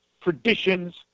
traditions